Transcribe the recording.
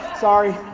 Sorry